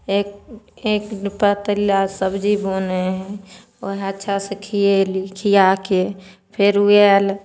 एक एक पतिला सब्जी बनै हइ वएह अच्छा से खिएली खियाके फेर ओ आयल